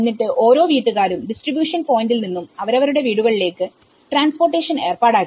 എന്നിട്ട് ഓരോ വീട്ടുകാരും ഡിസ്ട്രിബൂഷൻ പോയിന്റിൽ നിന്നും അവരവരുടെ വീടുകളിലേക്ക് ട്രാൻസ്പോർട്ടേഷൻഏർപ്പാടാക്കി